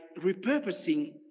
repurposing